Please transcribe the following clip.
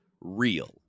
real